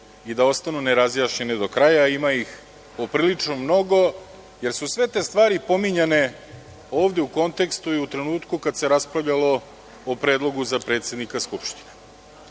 i da ostanu nerazjašnjene do kraja, a ima ih poprilično mnogo, jer su sve te stvari pominjane ovde u kontekstu i u trenutku kada se raspravljalo o predlogu za predsednika Skupštine.